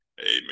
Amen